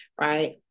right